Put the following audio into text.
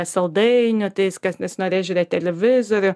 saldainio tai jis kas nesinorės žiūrėt televizorių